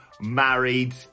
married